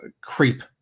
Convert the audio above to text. creep